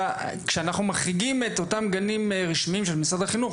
כשאנחנו מחריגים את אותם גנים רשמיים של משרד החינוך,